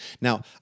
Now